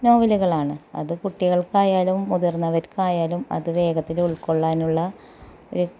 നോവലുകളാണ് അത് കുട്ടികള്ക്കായാലും മുതിര്ന്നവര്ക്കായാലും അത് വേഗത്തിൽ ഉള്ക്കൊള്ളാനുള്ള